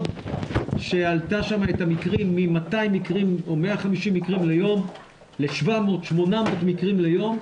שהעלתה שם את המקרים מ-150 מקרים ליום ל-700-800 מקרים ליום.